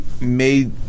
made